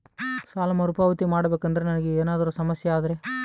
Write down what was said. ಸಾಲ ಮರುಪಾವತಿ ಮಾಡಬೇಕಂದ್ರ ನನಗೆ ಏನಾದರೂ ಸಮಸ್ಯೆ ಆದರೆ?